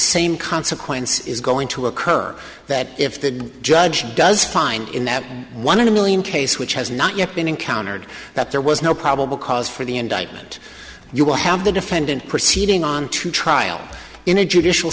same consequence is going to occur that if the judge does find in that one in a million case which has not yet been encountered that there was no probable cause for the indictment you will have the defendant proceeding on to trial in a judicial